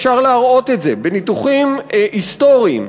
אפשר להראות את זה בניתוחים היסטוריים,